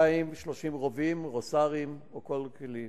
230 רובים, רוס"רים או כל כלי.